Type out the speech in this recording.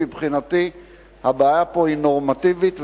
מבחינתי הבעיה פה היא נורמטיבית,